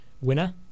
Winner